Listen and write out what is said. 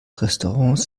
restaurants